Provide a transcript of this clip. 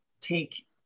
take